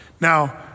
Now